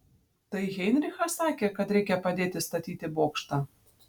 tai heinrichas sakė kad reikia padėti statyti bokštą